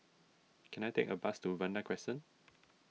can I take a bus to Vanda Crescent